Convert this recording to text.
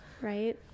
Right